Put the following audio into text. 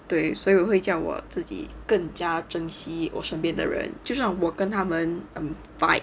对所以我会叫我自己更加珍惜我身边的人就像我跟他们 um fights